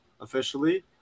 officially